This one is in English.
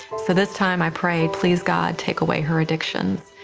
so this time i prayed, please, god, take away her addiction.